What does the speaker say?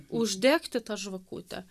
uždegti tą žvakutę